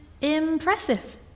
impressive